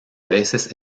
veces